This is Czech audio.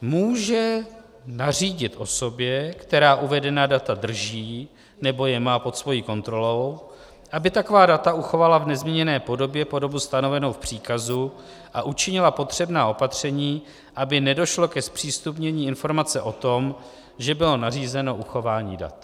může nařídit osobě, která uvedená data drží nebo je má pod svou kontrolou, aby taková data uchovala v nezměněné podobě po dobu stanovenou v příkazu a učinila potřebná opatření, aby nedošlo ke zpřístupnění informace o tom, že bylo nařízeno uchování dat.